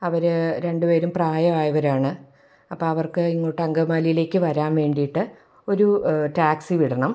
അവർ രണ്ട് പേരും പ്രായം ആയവരാണ് അപ്പം അവർക്ക് ഇങ്ങോട്ട് അങ്കമാലീലേക്ക് വരാൻ വേണ്ടീട്ട് ഒരു ടാക്സി വിടണം